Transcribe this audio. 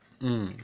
mm